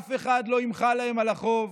אף אחד לא ימחל להם על החוב.